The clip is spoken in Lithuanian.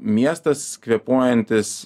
miestas kvėpuojantis